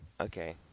Okay